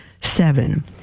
Seven